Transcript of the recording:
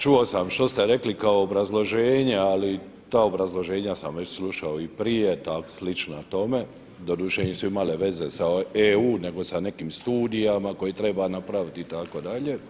Čuo sam što ste rekli u obrazloženju, ali ta obrazloženja sam već slušao i prije tako slična tome, doduše nisu imale veze sa EU nego sa nekim studijama koje treba napraviti itd.